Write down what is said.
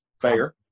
fair